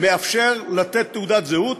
מאפשר לתת תעודת זהות,